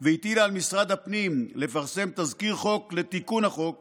והטילה על משרד הפנים לפרסם תזכיר חוק לתיקון החוק